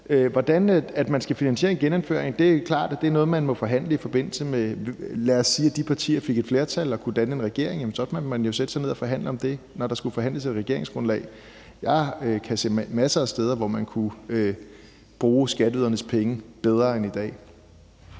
hvordan man skal finansiere en genindførelse, er det klart, at det er noget, man må forhandle. Lad os sige, at de partier fik et flertal og kunne danne en regering. Så måtte man jo sætte sig ned og forhandle om det, når der skulle forhandles et regeringsgrundlag. Jeg kan se masser af steder, hvor man kunne bruge skatteydernes penge bedre end i dag.